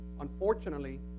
Unfortunately